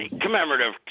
Commemorative